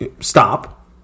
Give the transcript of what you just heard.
stop